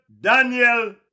Daniel